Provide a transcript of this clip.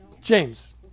James